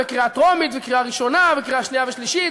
וקריאה טרומית וקריאה ראשונה וקריאה שנייה ושלישית,